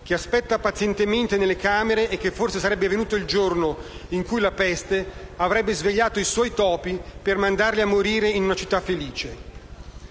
che aspetta pazientemente nelle camere e che forse sarebbe venuto il giorno in cui la peste avrebbe svegliato i suoi topi per mandarli a morire in una città felice».